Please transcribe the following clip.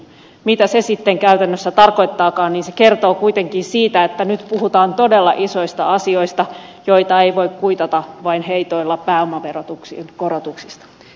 mitä se sitten käytännössä tarkoittaakaan se kertoo kuitenkin siitä että nyt puhutaan todella isoista asioista joita ei voi kuitata vain heitoilla pääomaverotuksen korotuksista